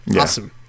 Awesome